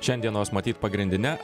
šiandienos matyt pagrindine